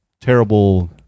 terrible